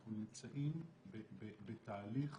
אנחנו נמצאים בתהליך